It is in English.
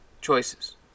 Choices